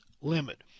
limit